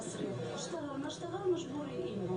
בסוף מה שאנחנו ראינו הוא שהם עדיין מרגישים את התלות.